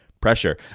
Pressure